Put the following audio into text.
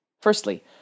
Firstly